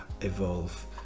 evolve